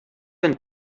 been